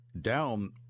down